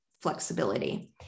flexibility